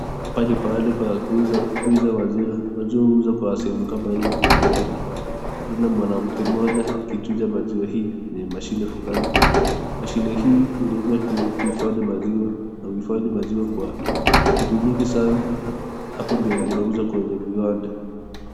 Hapa ni pahali pa kuuza maziwa, maziwa huuzwa kwa sehemu kama hizi, na hapa ninaona mwamnamke mmoja akichuja maziwa hii kwenye mashine flani, mashine hii hutumika kuhifadhi maziwa na uhifadhi maziwa kwa siku nyingi sana, hapo ndo inauzwa kwenye viwanda.